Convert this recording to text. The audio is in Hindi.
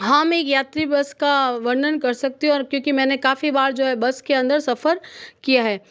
हाँ मैं यात्री बस का वर्णन कर सकती हूँ और क्योंकि मैंने काफ़ी बार जो है बस के अंदर सफ़र किया है